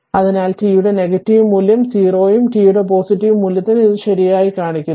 അതിനാൽ ടി യുടെ നെഗറ്റീവ് മൂല്യം 0 ഉം t യുടെ പോസിറ്റീവ് മൂല്യത്തിന് ഇത് ശരിയായി കാണിക്കുന്നു